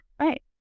Right